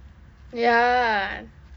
ya